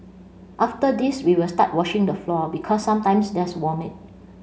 after this we will start washing the floor because sometimes there's vomit